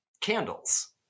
candles